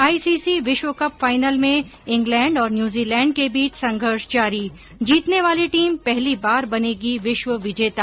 ICC विश्वकप final में England और न्यूजीलैण्ड के बीच संघर्ष जारी जीतने वाली टीम पहली बार बनेगी विश्व विजेता